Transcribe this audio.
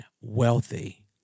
wealthy